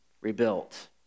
rebuilt